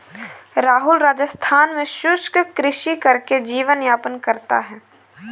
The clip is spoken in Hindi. राहुल राजस्थान में शुष्क कृषि करके जीवन यापन करता है